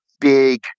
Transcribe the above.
big